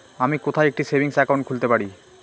আমি কোথায় একটি সেভিংস অ্যাকাউন্ট খুলতে পারি?